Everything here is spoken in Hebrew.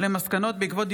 אבל אתה